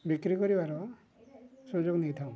ବିକ୍ରି କରିବାର ସୁଯୋଗ ନେଇଥାଉ